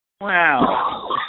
Wow